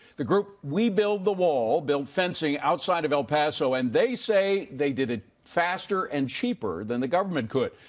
the group we build the wall, built fencing outside of el paso and they say they did it faster and cheaper than the government could,